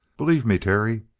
believe me, terry,